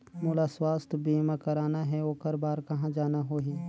मोला स्वास्थ बीमा कराना हे ओकर बार कहा जाना होही?